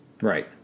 Right